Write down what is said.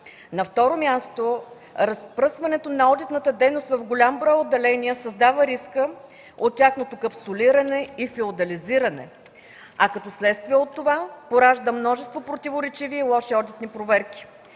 Второ, разпръскването на одитната дейност в голям брой отделения създава риск от тяхното капсулиране и феодализиране, а като следствие от това се пораждат множество противоречиви и лоши одитни проверки.